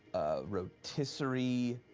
rotisserie,